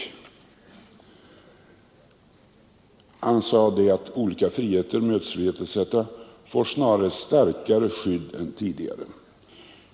Han sade att olika friheter — mötesfrihet etc. — snarare får ett starkare skydd än tidigare.